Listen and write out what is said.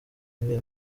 muri